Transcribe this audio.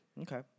Okay